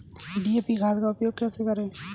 DAP खाद का उपयोग कैसे करें?